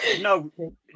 no